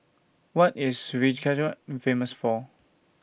What IS Reykjavik Famous For